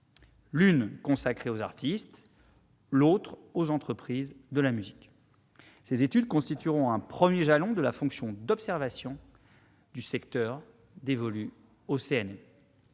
l'une aux artistes, l'autre aux entreprises de la musique. Ces études constitueront un premier jalon de la fonction d'observation du secteur dévolue au CNM.